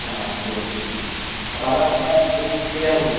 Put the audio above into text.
ആ okay okay അപ്പോൾ അതൊക്കെ ചെയ്യാൻ പറ്റുമോ